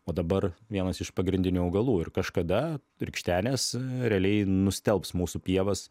o dabar vienas iš pagrindinių augalų ir kažkada rikštenės realiai nustelbs mūsų pievas